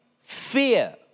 fear